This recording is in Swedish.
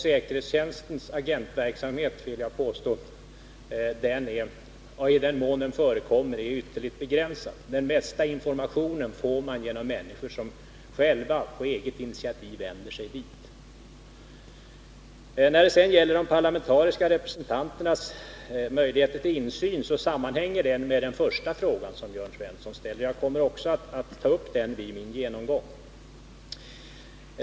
Säkerhetstjänstens agentverksamhet, i den mån den förekommer, vill jag påstå är ytterligt begränsad. Den största delen av informationen får man genom människor som själva, på eget initiativ, vänder sig till säkerhetstjänsten. När det gäller de parlamentariska representanternas möjligheter till insyn hänger den frågan samman med den första fråga som Jörn Svensson ställer. Jag kommer att ta upp den vid min genomgång.